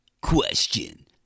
Question